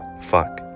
Fuck